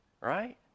right